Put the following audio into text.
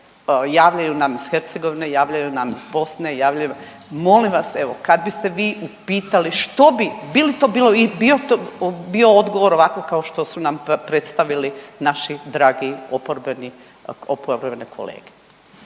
javljaju nam iz Hercegovine, javljaju li nam iz Bosne, javljaju molim vas evo kad biste vi upitali što bi, bi li to bio odgovor ovako kao što su nam predstavili naši dragi oporbeni, oporbene